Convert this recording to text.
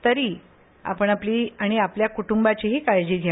तरी आपण आपली आपल्या कुटुंबाचीही काळजी घ्या